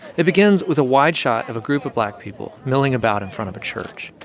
it begins with a wide shot of a group of black people milling about in front of a church.